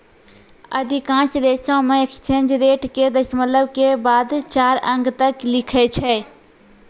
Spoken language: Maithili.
अधिकांश देशों मे एक्सचेंज रेट के दशमलव के बाद चार अंक तक लिखै छै